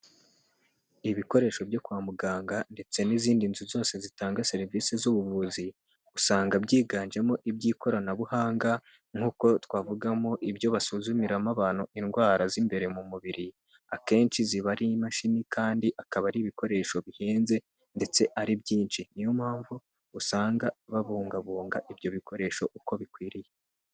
Ibikoresho byo kwa muganga ndetse n'izindi nzu zose zitanga serivisi z'ubuvuzi, usanga byiganjemo iby'ikoranabuhanga nkuko twavugamo ibyo basuzumiramo abantu indwara z'imbere mu mubiri, akenshi ziba ari mashini kandi akaba ari ibikoresho bihenze ndetse ari byinshi. Niyo mpamvu usanga babungabunga ibyo bikoresho uko bikwiriye.